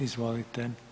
Izvolite.